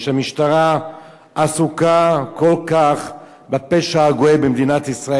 והמשטרה עסוקה כל כך בפשע הגואה במדינת ישראל,